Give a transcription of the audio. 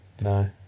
No